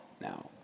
now